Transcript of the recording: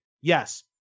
Yes